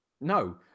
No